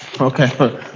Okay